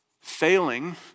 failing